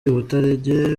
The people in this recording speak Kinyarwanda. abaturage